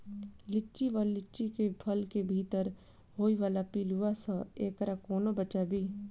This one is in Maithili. लिच्ची वा लीची केँ फल केँ भीतर होइ वला पिलुआ सऽ एकरा कोना बचाबी?